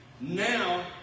Now